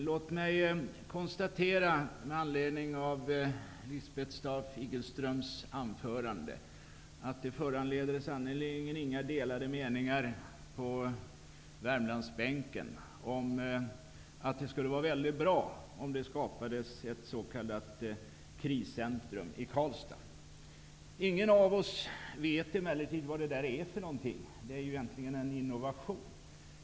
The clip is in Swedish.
Låt mig med anledning av Lisbeth Staaf-Igelströms anförande konstatera att det sannerligen inte föreligger några delade meningar på Värmlandsbänken om att det skulle vara mycket bra om det skapades ett s.k. kriscentrum i Karlstad. Ingen av oss vet emellertid vad det är för någonting. Det är egentligen en innovation.